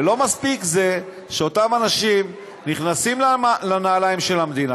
ולא מספיק שאותם אנשים נכנסים לנעליים של המדינה,